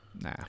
Nah